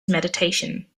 meditation